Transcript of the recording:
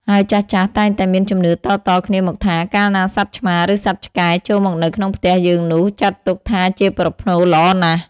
ហើយចាស់ៗតែងតែមានជំនឿតៗគ្នាមកថា កាលណាសត្វឆ្មា ឬសត្វឆ្កែ ចូលមកនៅក្នុងផ្ទះយើងនោះ ចាត់ទុកថាជាប្រផ្នូលល្អណាស់។